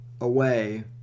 away